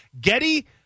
Getty